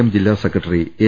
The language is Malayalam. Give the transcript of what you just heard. എം ജില്ലാ സെക്രട്ടറി എം